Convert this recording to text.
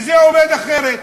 וזה עובד אחרת.